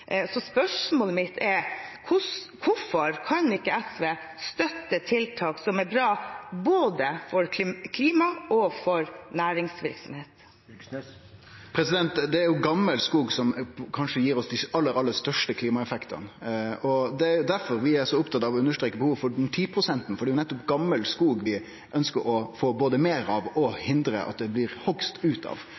Spørsmålet mitt er: Hvorfor kan ikke SV støtte tiltak som er bra, både for klima og for næringsvirksomhet? Det er gamal skog som kanskje gir oss dei aller største klimaeffektane. Det er difor vi er så opptatt av å understreke behovet for den 10-prosenten, for det er nettopp gamal skog vi ønskjer å få både meir av og å hindre at det blir hogst av. Der er ein av